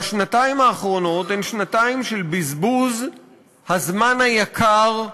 השנתיים האחרונות הן שנתיים של בזבוז הזמן היקר,